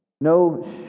No